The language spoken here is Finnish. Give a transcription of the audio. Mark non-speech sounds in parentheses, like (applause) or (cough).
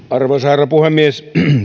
(unintelligible) arvoisa herra puhemies